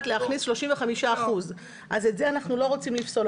להכניס 35%. אז את זה אנחנו לא רוצים לפסול,